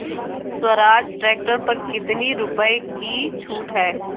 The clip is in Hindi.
स्वराज ट्रैक्टर पर कितनी रुपये की छूट है?